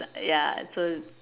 ya so